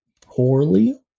poorly